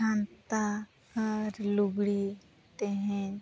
ᱠᱟᱱᱛᱷᱟ ᱟᱨ ᱞᱩᱜᱽᱲᱤᱡ ᱛᱮᱦᱮᱧ